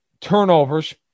Turnovers